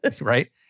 Right